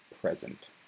present